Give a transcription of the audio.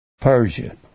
Persia